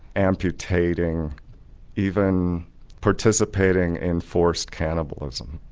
amputating even participating in forced cannibalism.